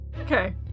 okay